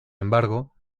embargo